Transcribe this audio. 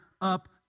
up